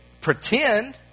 pretend